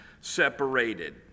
separated